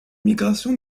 migration